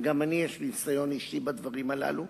וגם אני, יש לי ניסיון אישי בדברים הללו,